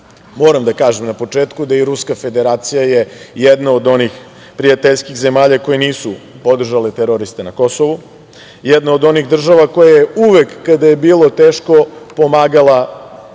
da kažem na početku da je i Ruska Federacija jedna od onih prijateljskih zemalja koje nisu podržale teroriste na Kosovu, jedna od onih država koja je uvek, kada je bilo teško pomagala našem